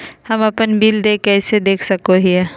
हम अपन बिल देय कैसे देख सको हियै?